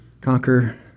Conquer